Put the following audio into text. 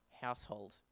household